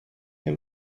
him